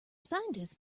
scientists